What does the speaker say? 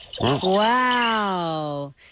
Wow